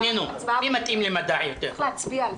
אין נמנעים, אין עבר פה אחד.